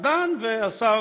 אז זה השר גלעד ארדן והשר